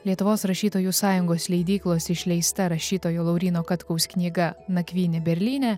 lietuvos rašytojų sąjungos leidyklos išleista rašytojo lauryno katkaus knyga nakvynė berlyne